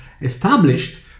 established